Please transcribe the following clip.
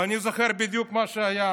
ואני זוכר בדיוק מה שהיה.